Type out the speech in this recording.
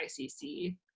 ICC